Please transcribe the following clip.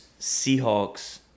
Seahawks